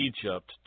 Egypt